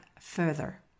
further